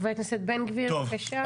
חבר הכנסת בן גביר, בבקשה.